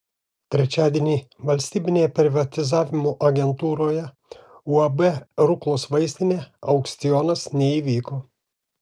trečiadienį valstybinėje privatizavimo agentūroje uab ruklos vaistinė aukcionas neįvyko